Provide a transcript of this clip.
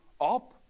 up